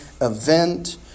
event